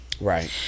Right